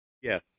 Yes